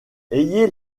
ayez